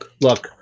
Look